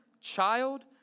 child